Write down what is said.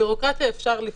ביורוקרטיה אפשר לפתור.